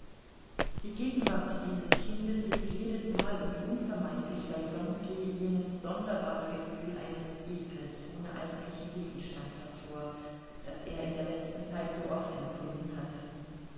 die gegenwart dieses kindes rief jedesmal und unvermeidlich bei wronski jenes sonderbare gefühl eines ekels ohne eigentlichen gegenstand hervor das er in der letzten zeit so oft empfunden hatte